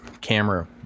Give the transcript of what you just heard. camera